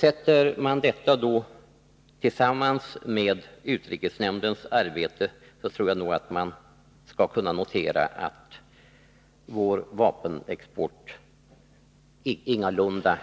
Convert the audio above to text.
Sätter man detta tillsammans med utrikesnämndens arbete tror jag nog att man skall kunna notera att vår vapenexport ingalunda